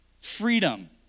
freedom